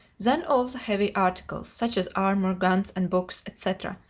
then all the heavy articles, such as armor, guns, and books, etc,